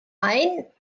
ein